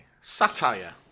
Satire